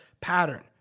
pattern